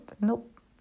nope